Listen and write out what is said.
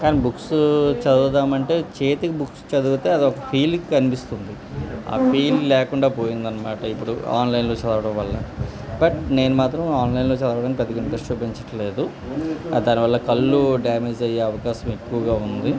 కానీ బుక్స్ చదువుదాం అంటే చేతి బుక్స్ చదివితే అది ఒక ఫీల్ంగ్ కనిపిస్తుంది ఆ ఫీల్ లేకుండా పోయింది అన్నమాట ఇప్పుడు ఆన్లైన్లో చదవడం వల్ల బట్ నేను మాత్రం ఆన్లైన్లో చదవడానికి పెద్దగా ఇంట్రస్ట్ చూపించట్లేదు దానివల్ల కళ్ళు డ్యామేజ్ అయ్యే అవకాశం ఎక్కువగా ఉంది